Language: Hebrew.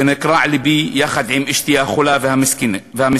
ונקרע לבי יחד עם אשתי החולה והמסכנה.